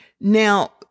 Now